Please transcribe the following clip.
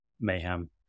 mayhem